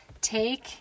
take